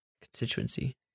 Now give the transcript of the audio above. Constituency